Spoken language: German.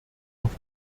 auf